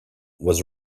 was